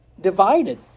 Divided